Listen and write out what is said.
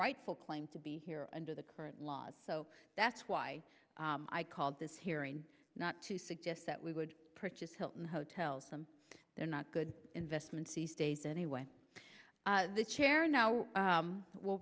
rightful claim to be here under the current laws so that's why i called this hearing not to suggest that we would purchase hilton hotels some are not good investments these days anyway the chair now will